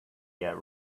yet